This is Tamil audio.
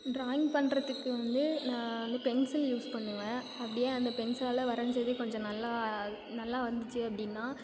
ட்ராயிங் பண்ணுறத்துக்கு வந்து நான் வந்து பென்சில் யூஸ் பண்ணுவேன் அப்படியே அந்த பென்சிலால் வரஞ்சது கொஞ்சம் நல்லா நல்லா வந்துச்சு அப்படின்னா